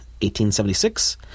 1876